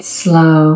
slow